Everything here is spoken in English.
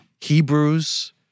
Hebrews